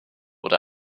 oder